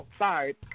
outside